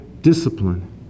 discipline